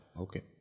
Okay